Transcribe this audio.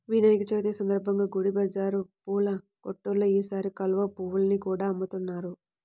వినాయక చవితి సందర్భంగా గుడి బజారు పూల కొట్టుల్లో ఈసారి కలువ పువ్వుల్ని కూడా అమ్ముతున్నారు